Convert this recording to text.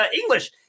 English